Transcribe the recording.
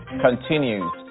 continues